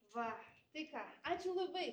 va tai ką ačiū labai